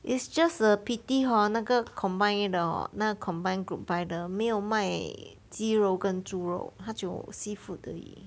it's just a pity hor 那个 combine 的那个 combined group buy 的没有卖鸡肉跟猪肉他只有 seafood 而已